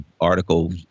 article